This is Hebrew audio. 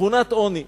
בעניין